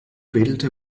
wedelte